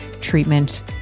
treatment